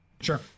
sure